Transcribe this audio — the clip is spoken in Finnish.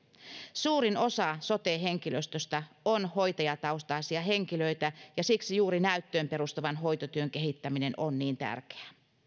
suurin osa sote henkilöstöstä on hoitajataustaisia henkilöitä ja siksi juuri näyttöön perustuvan hoitotyön kehittäminen on niin tärkeää